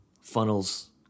funnels